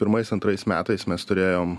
pirmais antrais metais mes turėjom